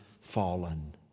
fallen